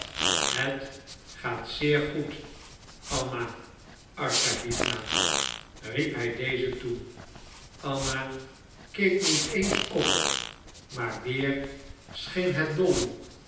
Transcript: het gaat zeer goed anna arkadiewna riep hij deze toe anna keek niet eens op maar weer scheen het dolly